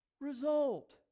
result